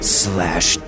slash